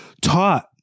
taught